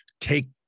take